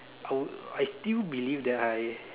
I would I still believe that I